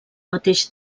mateix